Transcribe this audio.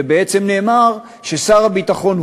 ובעצם נאמר ששר הביטחון,